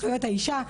האישה.